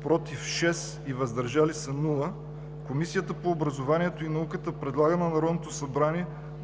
„против“ – 6 и „въздържали се“ – 0, Комисията по образованието и науката предлага на Народното събрание